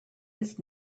his